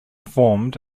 formed